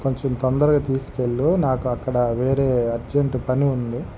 కొంచెం తొందరగా తీసుకెళ్ళు నాకు అక్కడ వేరే అర్జెంట్ పని ఉంది